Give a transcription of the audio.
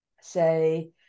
say